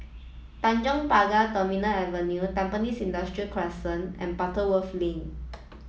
Tanjong Pagar Terminal Avenue Tampines Industrial Crescent and Butterworth Lane